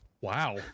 Wow